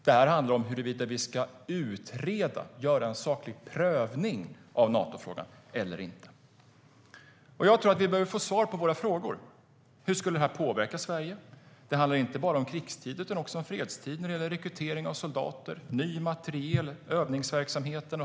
Den handlar om huruvida vi ska utreda och göra en saklig prövning av Natofrågan eller inte. Jag tror att vi behöver få svar på våra frågor. Hur skulle detta påverka Sverige? Det handlar inte bara om krigstid utan också om fredstid när det gäller rekrytering av soldater, ny materiel och övningsverksamhet.